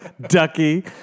Ducky